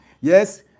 Yes